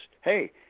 Hey